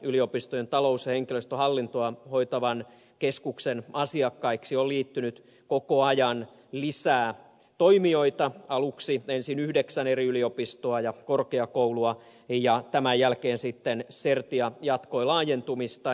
yliopistojen talous ja henkilöstöhallintoa hoitavan keskuksen asiakkaiksi on liittynyt koko ajan lisää toimijoita aluksi ensin yhdeksän eri yliopistoa ja korkeakoulua ja tämän jälkeen sitten certia jatkoi laajentumista